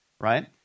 right